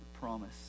promise